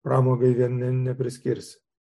pramogai vien ne nepriskirsi